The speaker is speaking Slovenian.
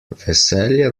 veselje